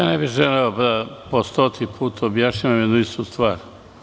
Ja ne bih želeo da po stoti put objašnjavam jednu istu stvar.